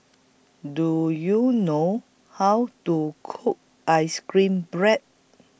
Do YOU know How to Cook Ice Cream Bread